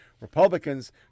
Republicans